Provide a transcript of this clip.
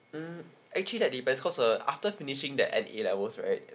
mm actually that depends cause uh after finishing that N_A level right